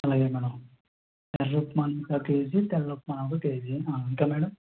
అలాగే మేడం ఎర్ర ఉప్మా రవ్వ కేజీ తెల్ల ఉప్మా రవ్వ కేజీ ఇంకా మేడం